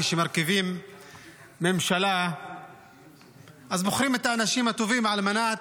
כשמרכיבים ממשלה בוחרים את האנשים הטובים על מנת